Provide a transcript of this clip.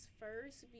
first